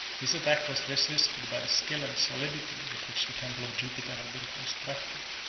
his attack was resisted by the skill and solidity with which the temple of jupiter had been constructed.